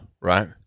right